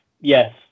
yes